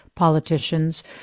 Politicians